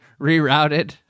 rerouted